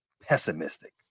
pessimistic